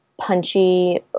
punchy